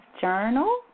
journal